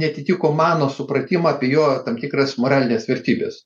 neatitiko mano supratimą apie jo tam tikras moralines vertybes